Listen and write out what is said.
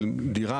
של דירה,